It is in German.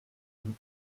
ihm